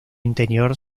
interior